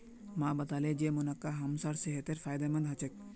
माँ बताले जे मुनक्का हमसार सेहतेर फायदेमंद ह छेक